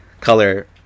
color